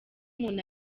umuntu